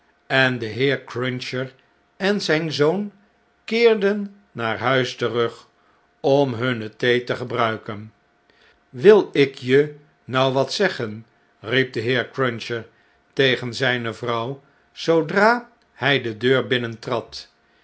en de heer cruncher en zijn zoon keerden naar huis terug om hunne thee te gebruiken wil ik je nou wat zeggen riep de heer cruncher tegen zjjne vrouw zoodra hij de deur